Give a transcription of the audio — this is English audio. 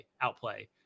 outplay